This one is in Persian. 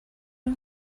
اون